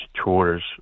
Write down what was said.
tours